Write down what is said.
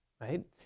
right